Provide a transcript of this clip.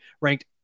ranked